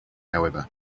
however